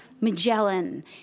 Magellan